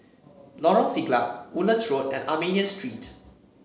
Lorong Siglap Woodlands Road and Armenian Street